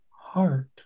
heart